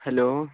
hello